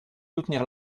soutenir